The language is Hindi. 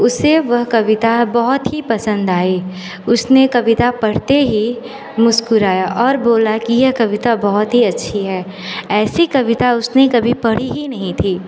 उसे वह कविता बहुत ही पसंद आई उसने कविता पढ़ते ही मुस्कुराया और बोला कि यह कविता बहुत ही अच्छी है ऐसी कविता उसने कभी पढ़ी ही नहीं थी